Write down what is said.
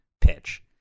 pitch